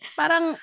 parang